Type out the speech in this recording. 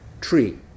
tree